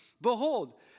behold